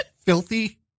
filthy